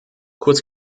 kurz